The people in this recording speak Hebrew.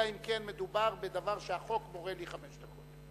אלא אם כן מדובר בדבר שהחוק מורה לי חמש דקות.